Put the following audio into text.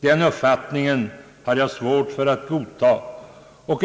Den uppfattningen har jag svårt för att godtaga.